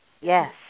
Yes